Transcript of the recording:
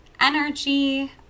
energy